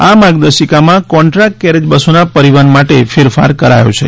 આ માર્ગદર્શિકામાં contract carriage બસોના પરિવહન માટે ફેરફાર કરાયો છે